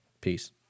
Peace